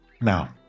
Now